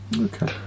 okay